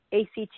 ACT